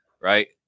right